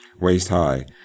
waist-high